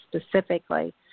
specifically